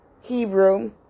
Hebrew